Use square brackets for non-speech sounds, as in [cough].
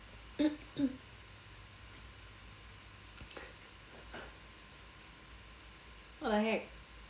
[coughs] what the heck